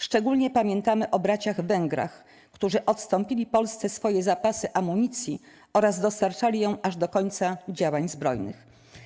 Szczególnie pamiętamy o braciach Węgrach, którzy odstąpili Polsce swoje zapasy amunicji oraz dostarczali ją aż do końca działań zbrojnych.